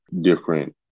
different